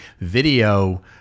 video